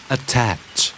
Attach